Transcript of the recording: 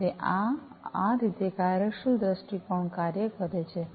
તેથી આ આ રીતે કાર્યશીલ દૃષ્ટિકોણ કાર્ય કરે છે